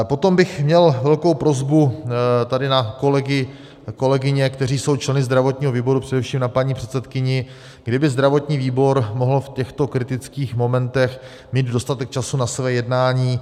Potom bych měl velkou prosbu tady na kolegy a kolegyně, kteří jsou členy zdravotního výboru, především na paní předsedkyni, kdyby zdravotní výbor mohl v těchto kritických momentech mít dostatek času na svá jednání.